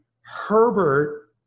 Herbert